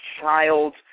child